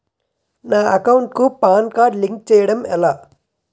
నా అకౌంట్ కు PAN card link చేయడం ఎలా?